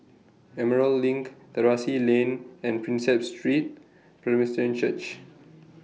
Emerald LINK Terrasse Lane and Prinsep Street Presbyterian Church